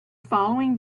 following